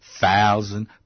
thousand